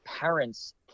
parents –